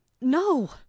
no